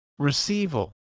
receival